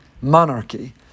monarchy